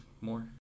more